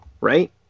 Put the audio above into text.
right